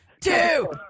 two